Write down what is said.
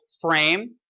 frame